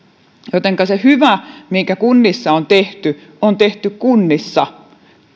joten se hyvä mikä kunnissa on tehty on tehty kunnissa